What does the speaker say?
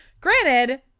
granted